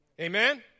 Amen